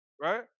right